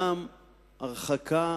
גם הרחקה